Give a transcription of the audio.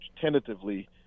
tentatively